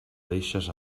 deixes